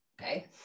okay